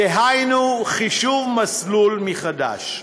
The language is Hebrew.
דהיינו חישוב מסלול מחדש,